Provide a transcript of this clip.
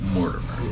Mortimer